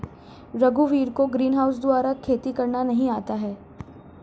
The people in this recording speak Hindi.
रघुवीर को ग्रीनहाउस द्वारा खेती करना नहीं आता है